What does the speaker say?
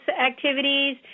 activities